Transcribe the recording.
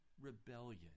rebellion